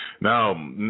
Now